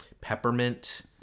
peppermint